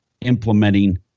implementing